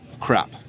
crap